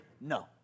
No